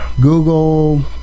Google